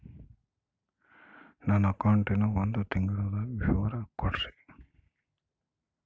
ನನ್ನ ಅಕೌಂಟಿನ ಒಂದು ತಿಂಗಳದ ವಿವರ ಕೊಡ್ರಿ?